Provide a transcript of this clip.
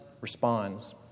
responds